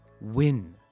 win